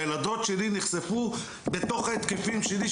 הילדות שלי נחשפו בתוך ההתקפים שלי,